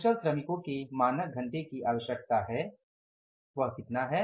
कुशल श्रमिको के मानक घंटे की आवश्यकता है वह कितना है